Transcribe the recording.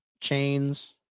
chains